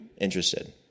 interested